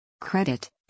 Credit